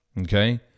okay